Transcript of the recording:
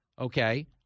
okay